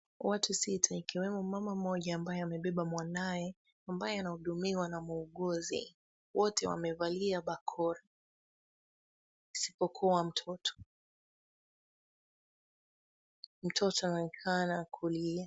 Watu sita ikiwemo mama mmoja ambaye amebeba mwanaye ambaye anahudumiwa na muuguzi. Wote wamevalia bakora isipokuwa mtoto. Mtoto anaonekana kulia.